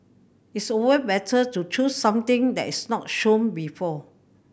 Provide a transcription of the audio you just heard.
it's always better to choose something that is not shown before